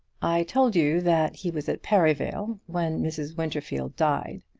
i told you that he was at perivale when mrs. winterfield died.